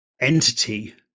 entity